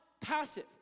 passive